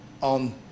on